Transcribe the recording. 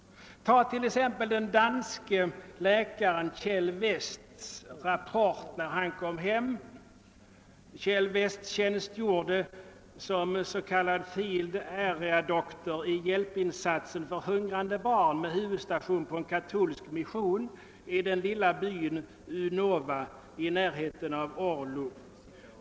Ta t.ex. den danske läkaren Kjeld Wesths rapport vid hemkomsten. Dr Westh tjänstgjorde som s.k. Field Area Doctor i hjälpinsatsen för hungrande barn med huvudstation på en katolsk mission i den lilla byn Unova i närheten av Orlu.